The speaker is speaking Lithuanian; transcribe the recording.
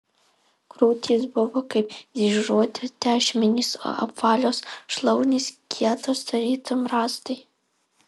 krūtys buvo kaip dryžuoti tešmenys o apvalios šlaunys kietos tarytum rąstai